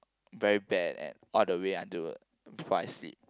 very bad and all the way until before I sleep